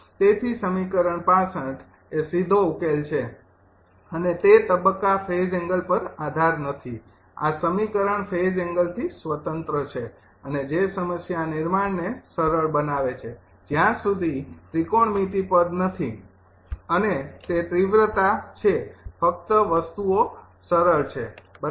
તેથી સમીકરણ ૬૫ એ સીધો ઉકેલ છે અને તે તબક્કો ફેઝ એંગલ પર આધારીત નથી આ સમીકરણ ફેઝ એંગલથી સ્વતંત્ર છે અને જે સમસ્યા નિર્માણને સરળ બનાવે છે જ્યાં સુધી ત્રિકોણમિતિ પદ નથી અને તે તીવ્રતા છે ફક્ત વસ્તુઓ સરળ છે બરાબર